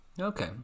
okay